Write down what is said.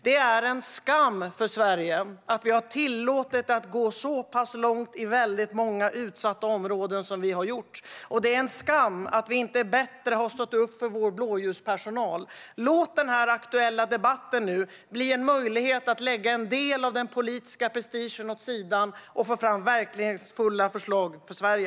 Det är en skam för Sverige att vi har tillåtit det att gå så pass långt i många utsatta områden. Det är en skam att vi inte bättre har stått upp för vår blåljuspersonal. Låt den här aktuella debatten bli en möjlighet att lägga en del av den politiska prestigen åt sidan och få fram verkningsfulla förslag för Sverige.